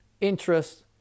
interest